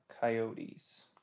Coyotes